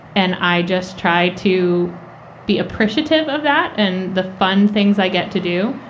and i just try to be appreciative of that and the fun things i get to do.